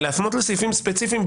אבל להפנות לסעיפים ספציפיים?